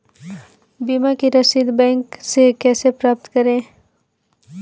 बीमा की रसीद बैंक से कैसे प्राप्त करें?